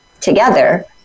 together